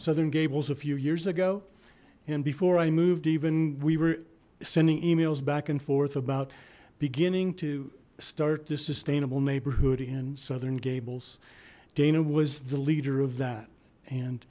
southern gables a few years ago and before i moved even we were sending e mails back and forth about beginning to start the sustainable neighborhood in southern gables dana was the leader of that and